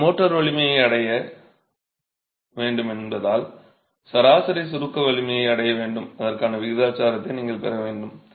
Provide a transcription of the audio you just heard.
எனவே மோர்டார் வலிமையை அடைய வேண்டும் என்பதால் சராசரி சுருக்க வலிமையை அடைய வேண்டும் அதற்கான விகிதாச்சாரத்தை நீங்கள் பெற வேண்டும்